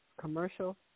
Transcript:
commercial